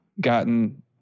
gotten